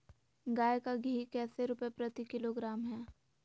गाय का घी कैसे रुपए प्रति किलोग्राम है?